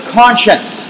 conscience